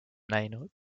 näinud